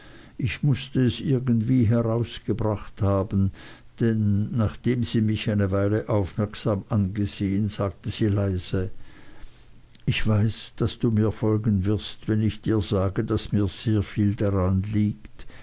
ich mußte es irgendwie herausgebracht haben denn nachdem sie mich eine weile aufmerksam angesehen sagte sie leise ich weiß daß du mir folgen wirst wenn ich dir sage daß mir sehr viel daran liegt